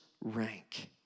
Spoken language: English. rank